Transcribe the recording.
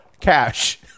cash